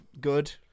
good